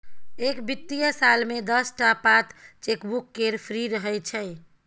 एक बित्तीय साल मे दस टा पात चेकबुक केर फ्री रहय छै